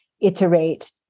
iterate